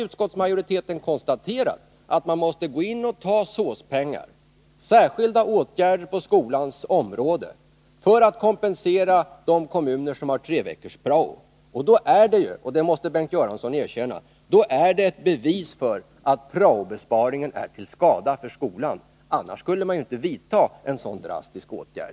Utskottsmajoriteten har konstaterat, att man måste gå in och ta SÅS-pengar — pengar som är avsedda för särskilda åtgärder på skolans område — för att kompensera de kommuner som har treveckors-prao. Det är, det måste Bengt Göransson erkänna, ett bevis för att prao-besparingarna är till skada för skolan. Annars skulle man inte vidta en så drastisk åtgärd.